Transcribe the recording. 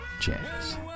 Jazz